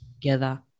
together